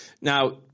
Now